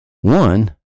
One